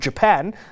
Japan